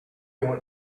want